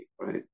right